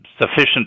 sufficient